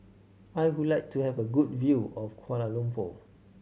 I would like to have a good view of Kuala Lumpur